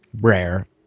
rare